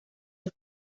del